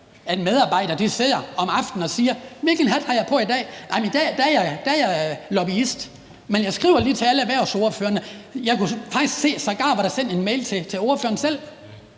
en medarbejder sidder om aftenen og siger: Hvilken hat har jeg på i dag? I dag er jeg lobbyist, men jeg skriver lige til alle erhvervsordførerne. Der var sågar sendt en mail til ordføreren selv.